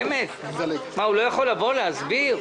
מה, הוא לא יכול לבוא להסביר?